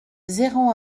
zéro